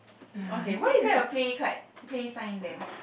okay why is there a play card play sign there